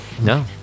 No